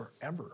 forever